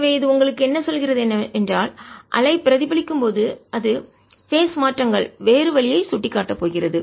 எனவே அது உங்களுக்கு என்ன சொல்கிறது என்றால் அலை பிரதிபலிக்கும் போது அது பேஸ் கட்ட மாற்றங்கள் வேறு வழியை சுட்டிக் காட்டப் போகிறது